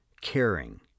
caring